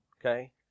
okay